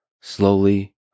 slowly